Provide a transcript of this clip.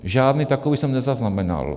Žádný takový jsem nezaznamenal.